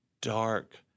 dark